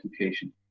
education